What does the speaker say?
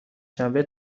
شنبه